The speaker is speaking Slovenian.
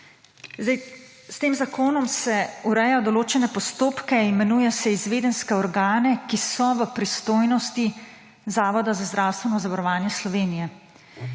S tem zakonom se ureja določene postopke, imenuje se izvedenske organe, ki so v pristojnosti Zavoda za zdravstveno zavarovanje Slovenije.